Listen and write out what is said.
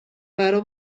برا